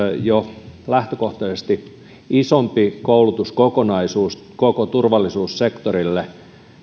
jo lähtökohtaisesti isompi koulutuskokonaisuus koko turvallisuussektorille